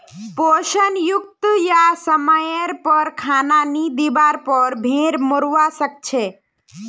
पोषण युक्त या समयर पर खाना नी दिवार पर भेड़ मोरवा सकछे